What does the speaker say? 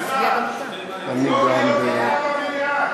התשע"ד 2014,